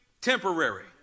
temporary